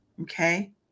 okay